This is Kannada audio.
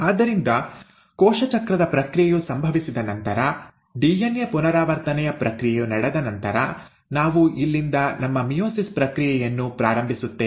ಆದ್ದರಿಂದ ಕೋಶ ಚಕ್ರದ ಪ್ರಕ್ರಿಯೆಯು ಸಂಭವಿಸಿದ ನಂತರ ಡಿಎನ್ಎ ಪುನರಾವರ್ತನೆಯ ಪ್ರಕ್ರಿಯೆಯು ನಡೆದ ನಂತರ ನಾವು ಇಲ್ಲಿಂದ ನಮ್ಮ ಮಿಯೋಸಿಸ್ ಪ್ರಕ್ರಿಯೆಯನ್ನು ಪ್ರಾರಂಭಿಸುತ್ತೇವೆ